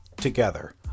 together